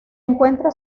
encuentra